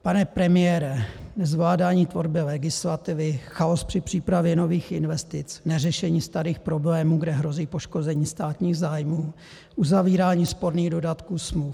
Pane premiére, zvládání tvorby legislativy, chaos při přípravě nových investic, neřešení starých problémů, kde hrozí poškození státních zájmů, uzavírání sporných dodatků smluv.